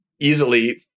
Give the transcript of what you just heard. easily